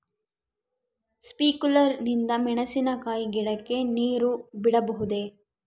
Sprinkler ನಿಂದ ಮೆಣಸಿನಕಾಯಿ ಗಿಡಕ್ಕೆ ನೇರು ಬಿಡಬಹುದೆ?